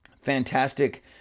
Fantastic